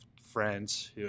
friends